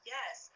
Yes